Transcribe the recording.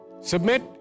Submit